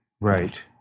Right